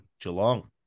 Geelong